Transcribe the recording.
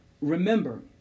remember